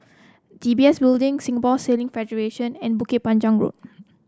D B S Building Singapore Sailing Federation and Bukit Panjang Road